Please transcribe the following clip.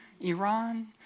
Iran